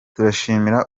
turashimira